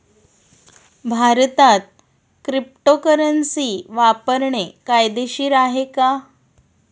भारतात क्रिप्टोकरन्सी वापरणे कायदेशीर आहे का?